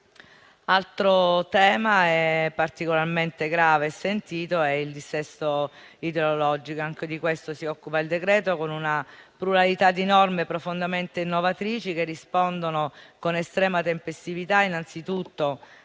Altro tema particolarmente grave e sentito è il dissesto idrogeologico. Anche di questo si occupa il decreto con una pluralità di norme profondamente innovatrici, che rispondono con estrema tempestività innanzitutto